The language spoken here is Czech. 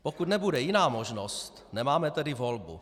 Pokud nebude jiná možnost, nemáme tedy volbu.